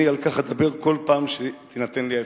אני אדבר על כך כל פעם שתינתן לי האפשרות.